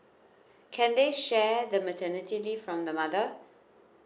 can they shared the maternity leave from the mother